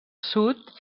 sud